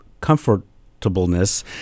comfortableness